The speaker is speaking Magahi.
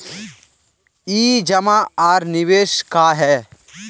ई जमा आर निवेश का है?